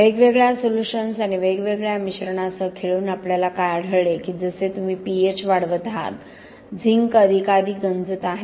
वेगवेगळ्या सोल्युशन्स आणि वेगवेगळ्या मिश्रणासह खेळून आपल्याला काय आढळले की जसे तुम्ही पीएच वाढवत आहात झिंक अधिकाधिक गंजत आहे